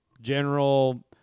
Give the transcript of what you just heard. general